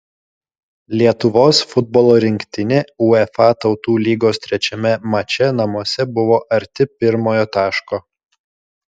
lietuvos futbolo rinktinė uefa tautų lygos trečiame mače namuose buvo arti pirmojo taško